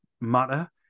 matter